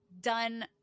done